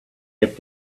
kept